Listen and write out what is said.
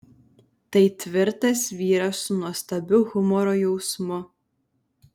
tai tvirtas vyras su nuostabiu humoro jausmu